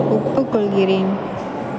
ஒப்புக்கொள்கிறேன்